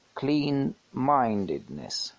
clean-mindedness